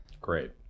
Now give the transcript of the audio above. Great